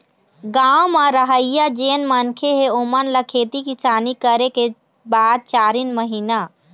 गाँव म रहइया जेन मनखे हे ओेमन ल खेती किसानी करे के बाद चारिन महिना